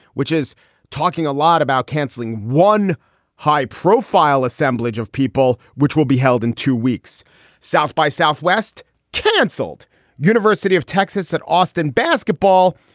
which is talking a lot about canceling one high profile assemblage of people which will be held in two weeks south by southwest canceled university of texas at austin basketball.